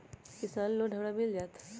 किसान लोन हमरा मिल जायत?